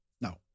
No